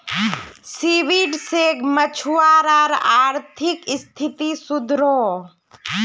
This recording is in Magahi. सीवीड से मछुवारार अआर्थिक स्तिथि सुधरोह